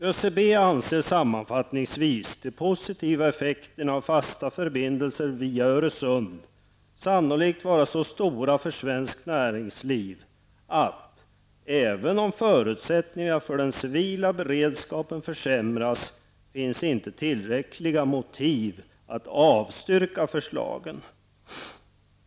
ÖCB anser sammanfattningsvis de positiva effekterna av fasta förbindelser via Öresund sannolikt vara så stora för svenskt näringsliv att -- även om förutsättningarna för den civila beredskapen försämras -- det inte finns tillräckliga motiv att avstyrka förslagen.